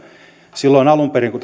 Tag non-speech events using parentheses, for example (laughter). silloin alun perin kun (unintelligible)